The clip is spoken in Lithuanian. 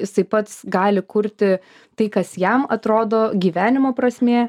jisai pats gali kurti tai kas jam atrodo gyvenimo prasmė